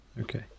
Okay